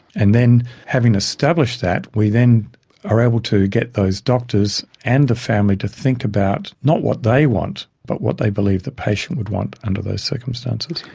and then having established that, we then are able to get those doctors and the family to think about not what they want but what they believe the patient would want under those circumstances.